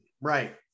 right